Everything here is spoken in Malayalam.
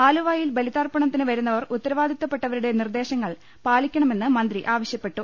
ആലുവായിൽ ബലിതർപ്പണത്തിന് വരുന്നവർ ഉത്തരവാദിത്പപ്പെട്ടവരുടെ നിർദേ ശങ്ങൾ പാലിക്കണമെന്ന് മന്ത്രി ആവശ്യപ്പെട്ടു